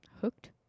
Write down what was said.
hooked